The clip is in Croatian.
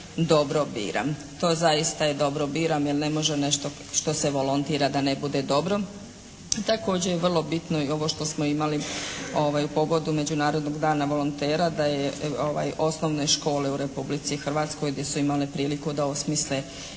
dobro biram". To zaista je dobro biram, jer ne može nešto što se volontira da ne bude dobro. Također je vrlo bitno i ovo što smo imali u povodu Međunarodnog dana volontera da je osnovne škole u Republici Hrvatskoj gdje su imale priliku da osmisle razne